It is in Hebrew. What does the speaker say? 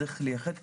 צריך לייחד,